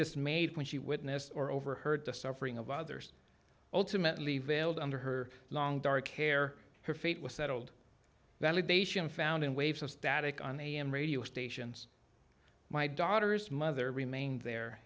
dismayed when she witnessed or overheard the suffering of others ultimately veiled under her long dark hair her fate was settled validation found in waves of static on am radio stations my daughter's mother remained there